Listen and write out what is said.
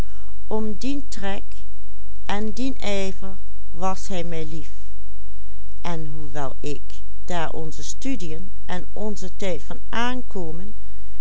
en hoewel ik daar onze studiën en onze tijd van aankomen